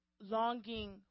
longing